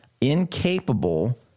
incapable